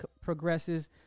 progresses